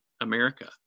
America